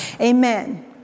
Amen